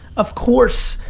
of course,